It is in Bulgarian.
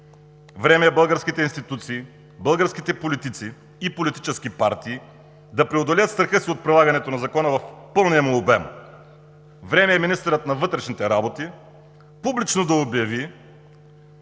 Време е българските институции, българските политици и политически партии да преодолеят страха си от прилагането на закона в пълния му обем. Време е министърът на вътрешните работи публично да обяви,